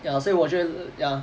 ya 所以我觉得 ya